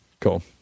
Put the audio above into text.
cool